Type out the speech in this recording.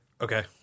okay